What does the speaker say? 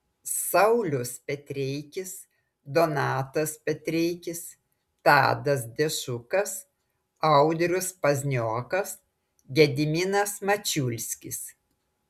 saulius petreikis donatas petreikis tadas dešukas audrius pazniokas gediminas mačiulskis